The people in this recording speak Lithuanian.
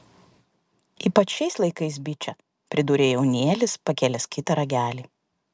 ypač šiais laikais biče pridūrė jaunėlis pakėlęs kitą ragelį